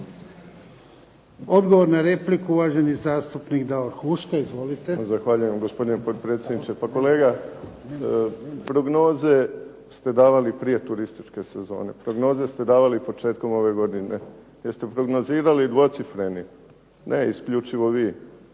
Odgovor na repliku, uvaženi zastupnik Davor Huška. Izvolite. **Huška, Davor (HDZ)** Zahvaljujem gospodine potpredsjedniče. Pa kolega, prognoze ste davali prije turističke sezone, prognoze ste davali početkom ove godine gdje ste prognozirali dvocifreni … /Upadica se